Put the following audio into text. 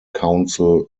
counsel